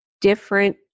different